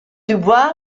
dubois